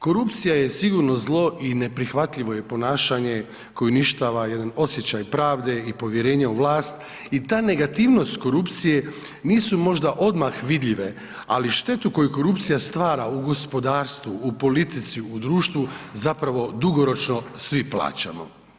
Korupcija je sigurno zlo i neprihvatljivo je ponašanje, koji uništava jedan osjećaj pravde i povjerenje u vlast i ta negativnost korupcije, nisu možda odmah vidljive, ali štetu koju korupcija stvara u gospodarstvu, u politici u društvu, zapravo dugoročno svi plaćamo.